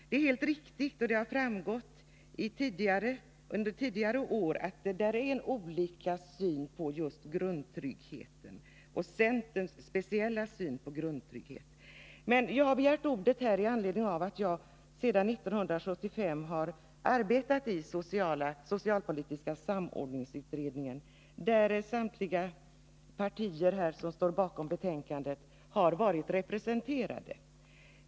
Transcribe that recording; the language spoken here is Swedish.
Det är helt riktigt och det har framgått under tidigare år att det finns en olikhet mellan partierna i synen på just grundtryggheten, och Nr 22 centern har en speciell syn på grundtrygghet. Onsdagen den Men jag har begärt ordet med anledning av att jag sedan 1975 har arbetati 12 november 1980 socialpolitiska samordningsutredningen, där samtliga partier som står bakom betänkandet har varit representerade.